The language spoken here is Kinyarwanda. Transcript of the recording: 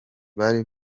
bari